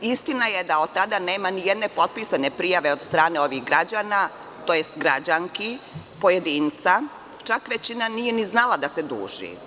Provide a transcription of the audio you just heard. Istina je da od tada nema ni jedne potpisane prijave od strane ovih građana, tj. građanki, pojedinca, čak većina nije ni znala da se duži.